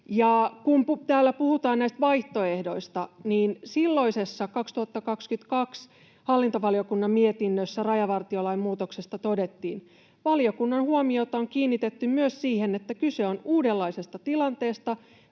Kun täällä puhutaan näistä vaihtoehdoista, niin silloisessa, vuoden 2022, hallintovaliokunnan mietinnössä rajavartiolain muutoksesta todettiin: ”Valiokunnan huomiota on kiinnitetty myös siihen, että kyse on uudenlaisesta tilanteesta.